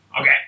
Okay